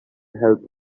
help